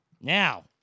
Now